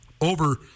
over